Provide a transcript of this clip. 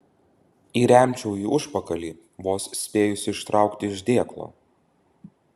įremčiau į užpakalį vos spėjusi ištraukti iš dėklo